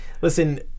Listen